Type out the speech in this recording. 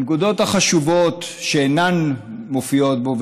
הנקודות החשובות שאינן מופיעות בו,